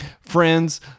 friends